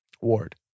ward